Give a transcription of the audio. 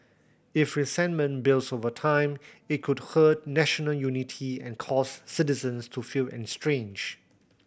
if resentment builds over time it could hurt national unity and cause citizens to feel estranged